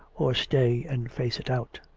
or stay and face it out.